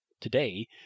today